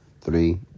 three